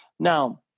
now,